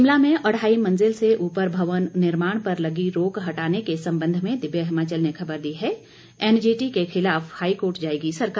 शिमला में अढ़ाई मंजिल से ऊपर भवन निर्माण पर लगी रोक हटाने के सम्बंध में दिव्य हिमाचल ने खबर दी है एनजीटी के खिलाफ हाईकोर्ट जाएगी सरकार